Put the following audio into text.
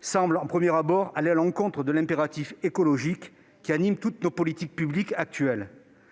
semblent, au premier abord, aller à l'encontre de l'impératif écologique sur lequel reposent toutes nos politiques publiques actuelles.